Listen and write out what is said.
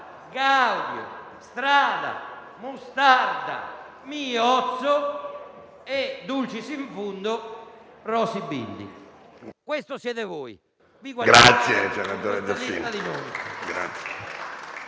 Gaudio, Strada, Mostarda, Miozzo e, *dulcis in fundo,* Rosy Bindi. Questo siete voi. Vi